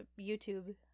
YouTube